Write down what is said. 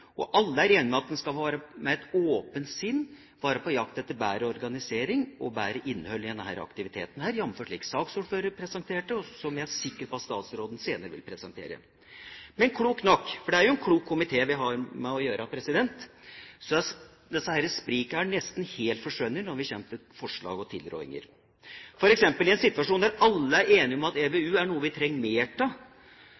at en med et åpent sinn skal være på jakt etter bedre organisering og bedre innhold i denne aktiviteten, jf. det som saksordførerne presenterte, og som jeg er sikker på at statsråden senere vil presentere. Men klokt nok – for det er jo en klok komité vi har med å gjøre – er sprikene nesten helt forsvunnet når vi kommer til forslag og tilrådinger. For eksempel: I en situasjon der alle er enige om at